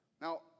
now